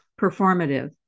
performative